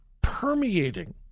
permeating